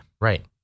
Right